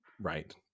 right